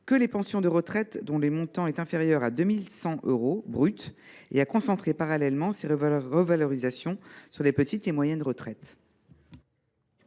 que les pensions de retraite dont le montant est inférieur à 2 100 euros brut et à concentrer, parallèlement, ces revalorisations sur les petites et moyennes retraites.